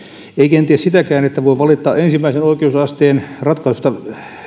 kenties sitäkään että voi valittaa ensimmäisen oikeusasteen ratkaisusta